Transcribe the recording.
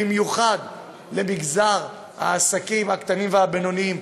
במיוחד למגזר העסקים הקטנים והבינוניים,